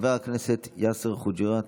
חבר הכנסת יאסר חוג'יראת,